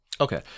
Okay